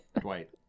Dwight